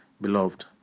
beloved